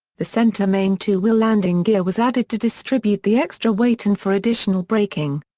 the center main two-wheel landing gear was added to distribute the extra weight and for additional braking.